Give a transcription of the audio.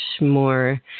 more